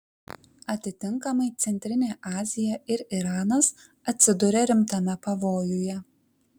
atitinkamai centrinė azija ir iranas atsiduria rimtame pavojuje